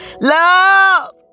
love